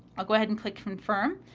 i'll go ahead and click confirm.